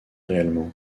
réellement